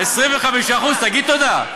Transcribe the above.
25%, תגיד תודה.